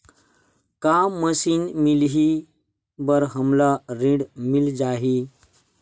का मशीन मिलही बर हमला ऋण मिल जाही?